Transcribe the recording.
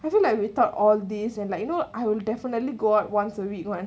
I feel like without all these and like you know I will definitely go out once a week one